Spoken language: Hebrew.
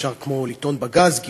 על הגז אפשר לטעון: גילו,